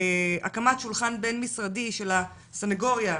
הקמת שולחן בין משרדי של הסנגוריה,